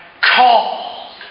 called